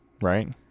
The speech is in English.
right